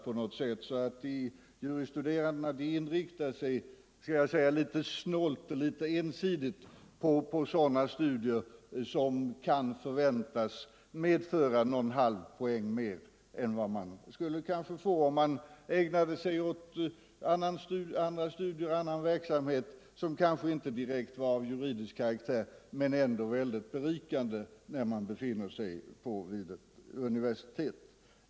De juris studerande inriktar sig litet snålt och ensidigt på sådana Om ökade möjligstudier som kan förväntas medföra någon halv poäng mer än man kanske = heter att bereda skulle få om man ägnade sig åt andra studier eller annan verksamhet nyutexaminerade som kanske inte direkt var av juridisk karaktär men ändå väldigt be = juris kandidater rikande när man befinner sig vid ett universitet.